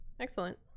Excellent